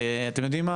אתם יודעים מה?